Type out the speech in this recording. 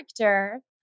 character